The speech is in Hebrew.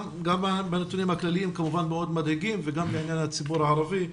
גם הנתונים הכלליים כמובן מאוד מדאיגים וגם בעניין הציבור הערבי.